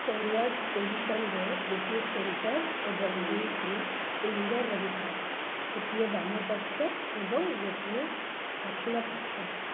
forward ପୋଜିସନ୍ରେ ଗୋଟିଏ centre ଏବଂ ଦୁଇଟି ୱିଙ୍ଗର୍ ରହିଥାଏ ଗୋଟିଏ ବାମପକ୍ଷ ଏବଂ ଗୋଟିଏ ଦକ୍ଷିଣ ପକ୍ଷ